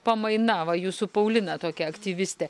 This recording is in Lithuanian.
pamaina va jūsų paulina tokia aktyvistė